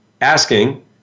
asking